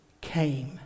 came